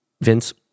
Vince